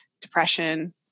depression